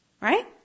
Right